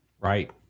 Right